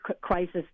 crisis